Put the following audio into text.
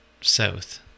south